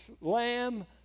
lamb